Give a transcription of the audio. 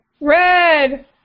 Red